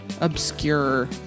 obscure